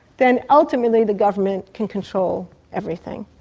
then ultimately the government can control everything.